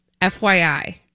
fyi